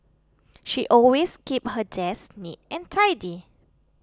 she always keeps her desk neat and tidy